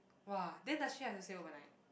!wah! then does she have to stay overnight